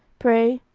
pray,